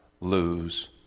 lose